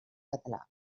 català